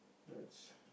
that's